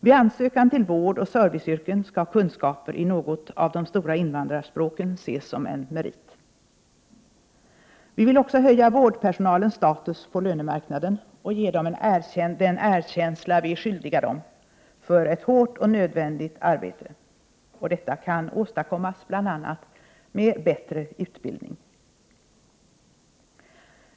Vid ansökan till vårdoch serviceyrken skall kunskaper i något av de stora invandrarspråken ses som en merit. Vi vill också höja vårdpersonalens status på lönemarknaden och ge dem den erkänsla vi är skyldiga dem för att de utför ett hårt och nödvändigt arbete. Detta kan åstadkommas bl.a. med en bättre utbildning.